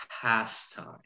pastime